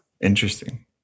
Interesting